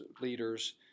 leaders